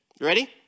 Ready